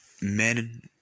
Men